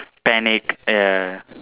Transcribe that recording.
panicked ya